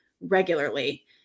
regularly